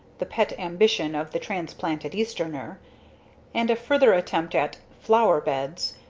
the pet ambition of the transplanted easterner and a further attempt at flower-beds,